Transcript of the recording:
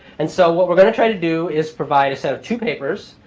and so what we're going to try to do is provide a set of two papers.